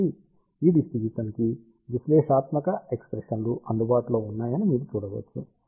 కాబట్టి ఈ డిస్ట్రిబ్యూషన్ కి విశ్లేషణాత్మక ఎక్ష్ప్రెషన్లు అందుబాటులో ఉన్నాయని మీరు చూడవచ్చు